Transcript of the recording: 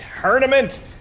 tournament